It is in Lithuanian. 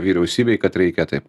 vyriausybei kad reikia taip